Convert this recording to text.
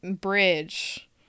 bridge